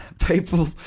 People